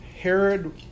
Herod